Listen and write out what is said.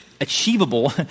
achievable